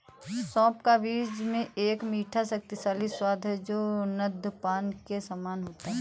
सौंफ का बीज में एक मीठा, शक्तिशाली स्वाद है जो नद्यपान के समान है